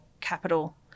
capital